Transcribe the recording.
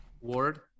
Ward